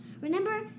Remember